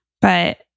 But-